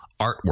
artwork